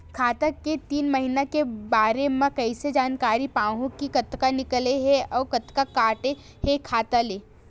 खाता के तीन महिना के बारे मा कइसे जानकारी पाहूं कि कतका निकले हे अउ कतका काटे हे खाता ले?